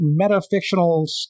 metafictional